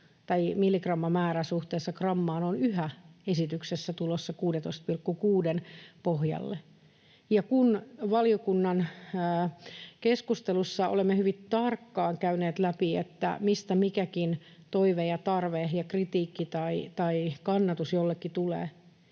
milligrammamäärä suhteessa grammaan on yhä esityksessä tulossa 16,6:n pohjalle. Kun valiokunnan keskustelussa olemme hyvin tarkkaan käyneet läpi, mistä mikäkin toive ja tarve ja kritiikki tai kannatus jollekin tulee,